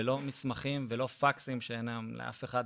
ולא מסמכים ולא פקסים שאין היום לאף אחד.